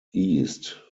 east